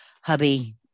hubby